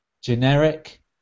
generic